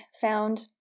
found